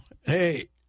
Hey